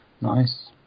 Nice